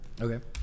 Okay